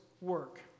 work